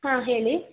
ಹಾಂ ಹೇಳಿ